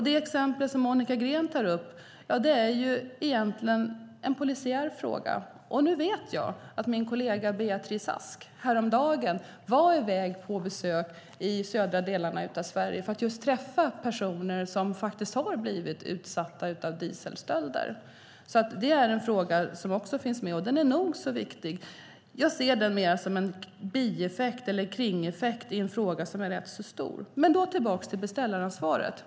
Det exempel som Monica Green tar upp är egentligen en polisiär fråga. Jag vet att min kollega Beatrice Ask häromdagen var på besök i de södra delarna av Sverige för att träffa personer som har blivit utsatta för dieselstölder. Den frågan finns också med, och den är nog så viktig. Jag ser den mer som en kringfråga i en fråga som är rätt stor. Låt mig gå tillbaka till beställaransvaret.